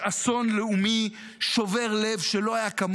אתם רק טועים.